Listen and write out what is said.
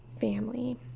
family